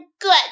good